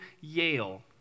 Yale